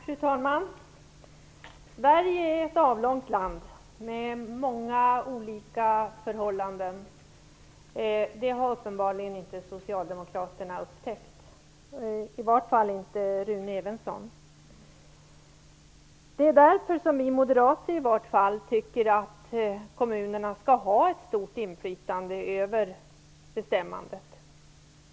Fru talman! Sverige är ett avlångt land med många olika förhållanden. Det har uppenbarligen inte Socialdemokraterna upptäckt - i varje fall inte Rune Evensson. Det är därför vi moderater anser att kommunerna skall ha ett stort inflytande över bestämmandet.